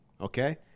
Okay